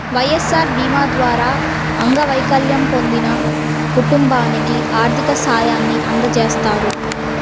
వైఎస్ఆర్ భీమా ద్వారా అంగవైకల్యం పొందిన కుటుంబానికి ఆర్థిక సాయాన్ని అందజేస్తారు